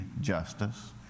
justice